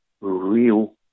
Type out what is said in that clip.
real